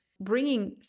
bringing